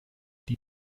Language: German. die